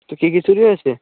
তো কী কী চুরি হয়েছে